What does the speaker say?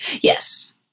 yes